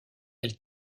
elle